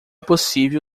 possível